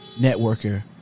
networker